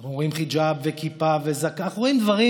אנחנו רואים חיג'אב וכיפה וזקן, אנחנו רואים דברים